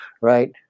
Right